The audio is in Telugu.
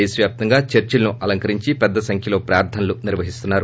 దేశవ్యాప్తంగా చర్చిలను అలంకరించి పెద్ద సంఖ్యలో ప్రార్ధనలు నిర్వహిస్తున్నారు